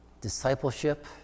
discipleship